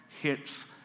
hits